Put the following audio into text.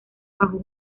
bajo